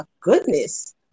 goodness